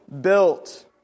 built